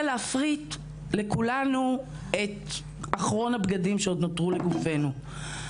להפריט לכולנו את אחרון הבגדים שעוד נותרו לגופינו.